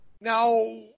now